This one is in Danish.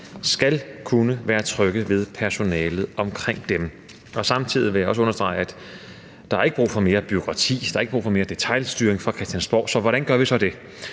skal kunne være trygge ved personalet omkring dem. Samtidig vil jeg også understrege, at der ikke er brug for mere bureaukrati og ikke brug for mere detailstyring fra Christiansborg, så hvordan gør vi så det?